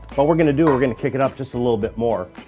what we're gonna do, we're gonna kick it up just a little bit more.